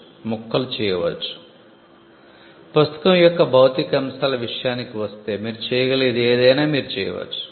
మీరు దాన్ని ముక్కలు చేయవచ్చు పుస్తకం యొక్క భౌతిక అంశాల విషయానికి వస్తే మీరు చేయగలిగేది ఏదైనా మీరు చేయవచ్చు